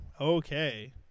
okay